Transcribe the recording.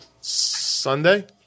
Sunday